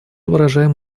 выражаем